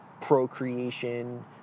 procreation